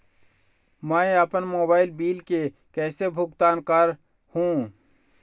मैं अपन mobile bill के कैसे भुगतान कर हूं?